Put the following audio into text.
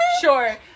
Sure